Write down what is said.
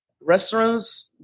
restaurants